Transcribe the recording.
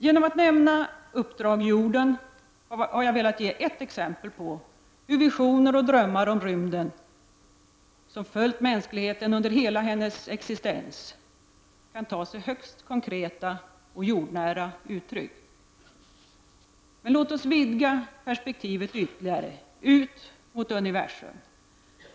Genom att nämna ”Uppdrag Jorden” har jag velat ge ett exempel på hur visioner och drömmar om rymden som följt mänskligheten under hela hennes existens kan ta sig högst konkreta och jordnära uttryck. Men låt oss vidga perspektivet ytterligare ut mot universum.